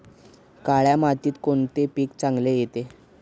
काळ्या मातीत कोणते पीक चांगले येते?